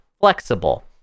flexible